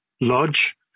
Lodge